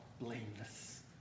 blameless